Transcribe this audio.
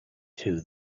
two